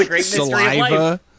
saliva